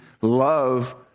love